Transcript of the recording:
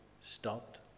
stopped